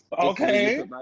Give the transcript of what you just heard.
okay